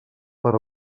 per